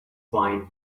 wine